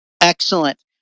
Excellent